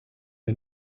wir